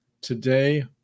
today